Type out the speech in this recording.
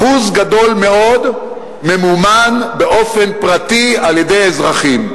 אחוז גדול מאוד ממומן באופן פרטי, על-ידי אזרחים.